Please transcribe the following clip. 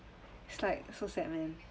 it's like so sad man